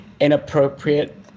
inappropriate